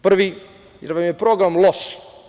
Prvi, jer vam je program loš.